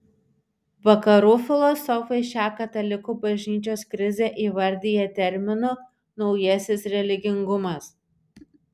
vakarų filosofai šią katalikų bažnyčios krizę įvardija terminu naujasis religingumas